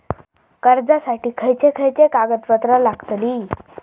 कर्जासाठी खयचे खयचे कागदपत्रा लागतली?